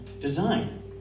design